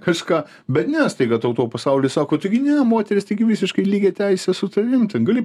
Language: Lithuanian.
kažką bet ne staiga tau tau pasaulis sako taigi ne moteris taigi visiškai lygiateisė su tavim ten gali